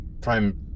prime